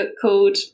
called